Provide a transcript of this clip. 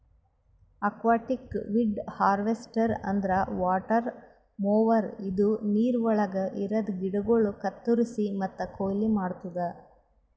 aquatic weed harvester ಅಂದ್ರ water mower ಇದು ನೀರವಳಗ್ ಇರದ ಗಿಡಗೋಳು ಕತ್ತುರಸಿ ಮತ್ತ ಕೊಯ್ಲಿ ಮಾಡ್ತುದ